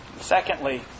Secondly